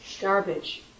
garbage